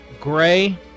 gray